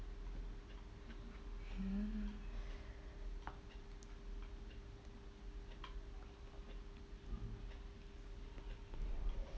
mm